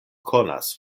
konas